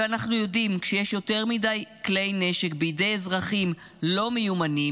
ואנחנו יודעים שכשיש יותר מדי כלי נשק בידי אזרחים לא מיומנים,